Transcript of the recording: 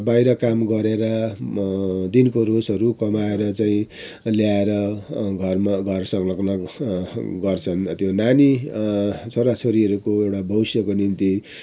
बाहिर काम गरेर दिनको रोजहरू कमाएर चाहिँ ल्याएर घरमा घर संग्लग्न गर्छन् त्यो नानी छोरा छोरीहरूको एउटा भविष्यको निम्ति